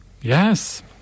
Yes